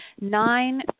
Nine